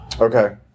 Okay